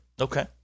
Okay